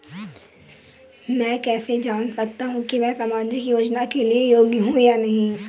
मैं कैसे जान सकता हूँ कि मैं सामाजिक योजना के लिए योग्य हूँ या नहीं?